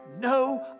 no